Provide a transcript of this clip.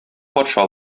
патша